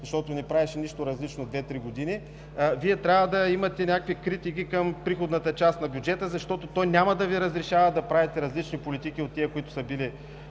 защото не правеше нищо различно две, три години, Вие трябва да имате критики към приходната част на бюджета, защото той няма да Ви разрешава да правите политики, различни от тези, които са били